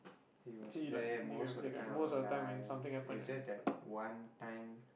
he was there most of the time of our life is just that one time